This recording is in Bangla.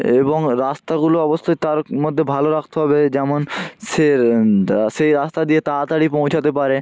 এবং রাস্তাগুলো অবশ্যই তার মধ্যে ভালো রাখতে হবে যেমন শের দা সেই রাস্তা দিয়ে তাড়াতাড়ি পৌঁছাতে পারে